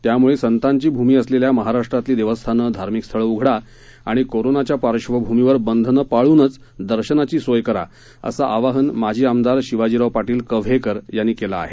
त्यामुळे संताची भूमी असलेल्या महाराष्ट्रातली देवस्थानं धार्मिक स्थळं उघडा आणि कोरोनाच्या पार्श्वभूमीवर बंधनं पाळूनच दर्शनाची सोय करा असं आवाहन माजी आमदार शिवाजीराव पाटील कव्हेकर यांनी केले आहे